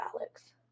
Alex